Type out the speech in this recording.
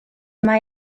mae